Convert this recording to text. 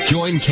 Join